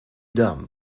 dumb